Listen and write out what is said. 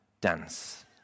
dance